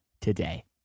today